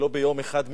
היא לא ביום אחד מיוחד,